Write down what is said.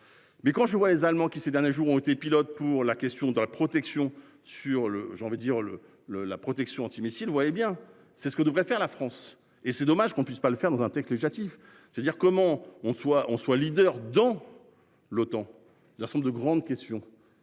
Mais quand je vois les Allemands qui ces derniers jours ont été pilote pour la question de la protection sur le j'veux dire le le la protection missile voyez bien c'est ce que devrait faire la France et c'est dommage qu'on puisse pas le faire dans un texte législatif, c'est-à-dire comment on, soit on soit leader dans l'OTAN. La ensemble de grandes questions